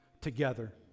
together